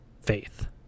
faith